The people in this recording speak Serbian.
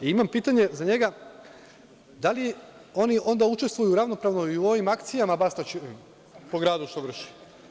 Imam pitanje za njega - da li onda oni učestvuju u ravnopravnoj i u ovim akcijama Bastaćevim po gradu što vrši?